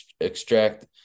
extract